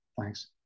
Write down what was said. Thanks